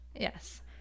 Yes